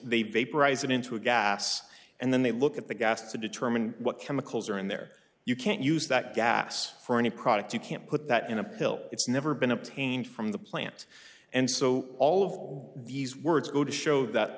they vaporize it into a gas and then they look at the gas to determine what chemicals are in there you can't use that gas for any product you can't put that in a pill it's never been obtained from the plant and so all of these words go to show that